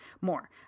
more